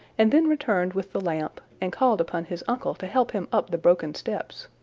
and then returned with the lamp, and called upon his uncle to help him up the broken steps.